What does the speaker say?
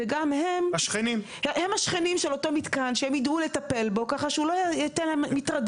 גם השכנים של המתקן כך שהן ידעו לטפל בו כדי שלא יהיו מטרדים,